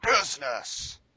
business